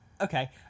Okay